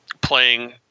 playing